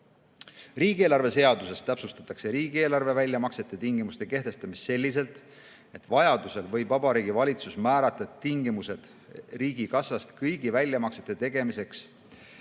seaduses. Riigieelarve seaduses täpsustatakse riigieelarve väljamaksete tingimuste kehtestamist selliselt, et vajaduse korral võib Vabariigi Valitsus määrata tingimused riigikassast kõigi väljamaksete tegemiseks